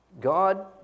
God